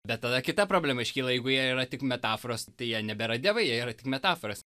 bet tada kita problema iškyla jeigu jie yra tik metaforos tai jie nebėra dievai jie yra tik metaforos